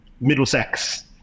middlesex